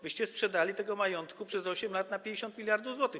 Wyście sprzedali tego majątku przez 8 lat za 50 mld zł.